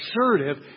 assertive